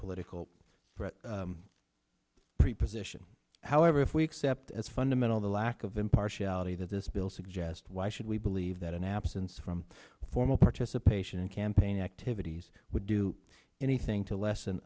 political preposition however if we accept as fundamental the lack of impartiality that this bill suggest why should we believe that an absence from formal participation in campaign activities would do anything to lessen